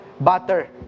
butter